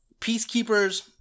Peacekeepers